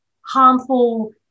harmful